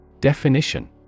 Definition